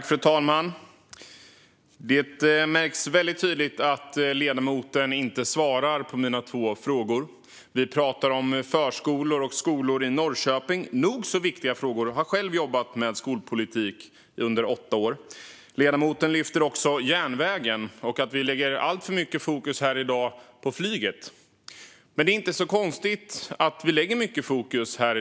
Fru talman! Det märks väldigt tydligt att ledamoten inte svarar på mina två frågor. Hon pratar om förskolor och skolor i Norrköping, vilket är nog så viktigt - jag har själv jobbat med skolpolitik under åtta år -, och lyfter också fram järnvägen och att vi lägger alltför mycket fokus på flyget här i dag. Men det är inte konstigt att vi gör det.